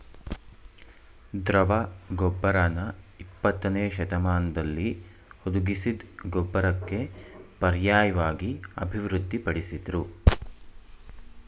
ದ್ರವ ಗೊಬ್ಬರನ ಇಪ್ಪತ್ತನೇಶತಮಾನ್ದಲ್ಲಿ ಹುದುಗಿಸಿದ್ ಗೊಬ್ಬರಕ್ಕೆ ಪರ್ಯಾಯ್ವಾಗಿ ಅಭಿವೃದ್ಧಿ ಪಡಿಸುದ್ರು